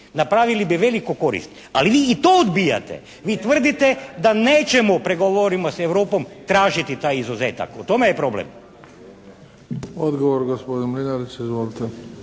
napravili bi veliku korist, ali vi i to odbijate. Vi tvrdite da nećemo u pregovorima s Europom tražiti taj izuzetak. U tome je problem. **Bebić, Luka (HDZ)** Odgovor gospodin Mlinarić. Izvolite.